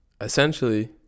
essentially